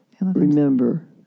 Remember